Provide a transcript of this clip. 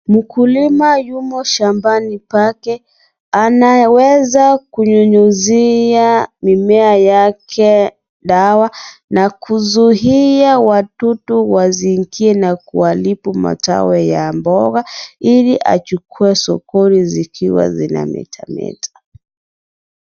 Mukulima yumo shambani pake, anaweza, kunyunyizia, mimea yake, dawa, nakuzuhia wadudu waziingie na kuhalipu matawe ya mboga, ili achukue sokoni zikiwa zina metameta.